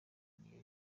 niyo